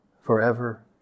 forever